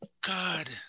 God